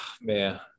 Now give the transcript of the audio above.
man